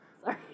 Sorry